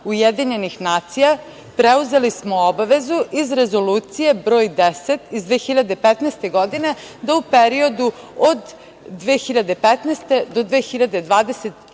članica UN, preuzeli smo obavezu iz Rezolucije broj 10 iz 2015. godine, da u periodu od 2015. do 2024.